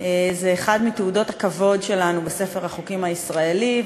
אחת מתעודות הכבוד שלנו בספר החוקים הישראלי,